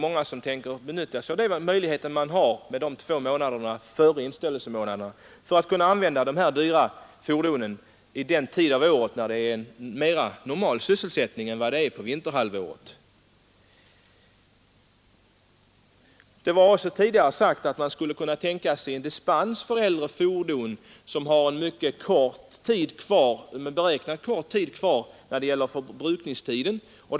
Många tänker utnyttja möjligheten att inställa sig två månader före inställelsemånaden för att kunna använda dessa dyra fordon under den tid av året då det är en mera normal sysselsättning än under vinterhalvåret. Det var också tidigare sagt att man skulle kunna tänka sig en dispens för äldre fordon som enligt beräkningarna har en mycket kort förbrukningstid kvar.